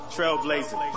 Trailblazer